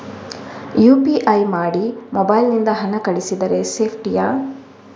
UPI ಮಾಡಿ mobile ನಿಂದ ಹಣ ಕಳಿಸಿದರೆ ಸೇಪ್ಟಿಯಾ?